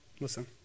Listen